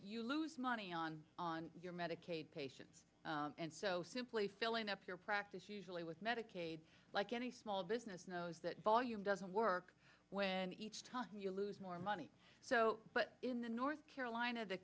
you lose money on on your medicaid patients and so simply filling up your practice usually with medicaid like any small business knows that volume doesn't work when you lose more money so but in the north carolina the